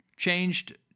Changed